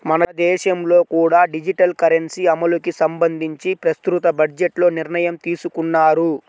మన దేశంలో కూడా డిజిటల్ కరెన్సీ అమలుకి సంబంధించి ప్రస్తుత బడ్జెట్లో నిర్ణయం తీసుకున్నారు